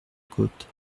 côte